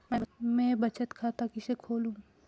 मैं बचत खाता ल किसे खोलूं?